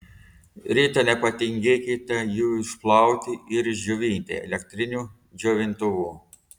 rytą nepatingėkite jų išplauti ir išdžiovinti elektriniu džiovintuvu